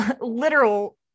literal